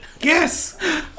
Yes